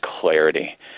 clarity